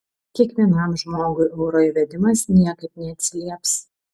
kiekvienam žmogui euro įvedimas niekaip neatsilieps